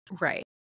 Right